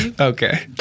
Okay